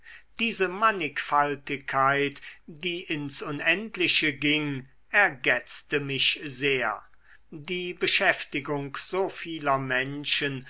diese mannigfaltigkeit die ins unendliche ging ergetzte mich sehr die beschäftigung so vieler menschen